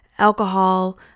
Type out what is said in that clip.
alcohol